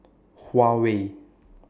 Huawei